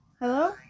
Hello